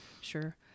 Sure